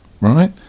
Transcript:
Right